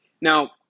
Now